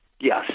Yes